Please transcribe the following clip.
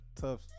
tough